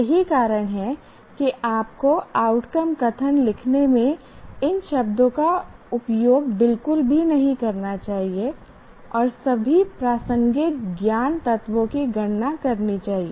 यही कारण है कि आपको आउटकम कथन लिखने में इन शब्दों का उपयोग बिल्कुल भी नहीं करना चाहिए और सभी प्रासंगिक ज्ञान तत्वों की गणना करनी चाहिए